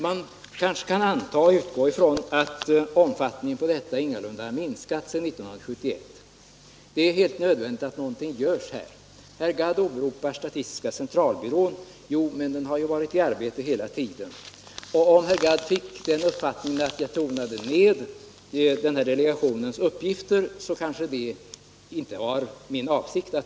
Man kanske kan utgå ifrån att omfattningen ingalunda har minskat sedan 1971. Det är då helt nödvändigt att någonting görs. Herr Gadd åberopar statistiska centralbyrån, men den har ju varit i arbete hela tiden. Om herr Gadd fick uppfattningen att jag tonade ned delegationens uppgifter var det inte min avsikt.